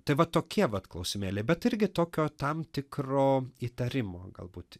tai va tokie vat klausimėliai bet irgi tokio tam tikro įtarimo galbūt